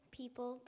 people